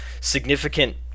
significant